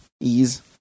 ease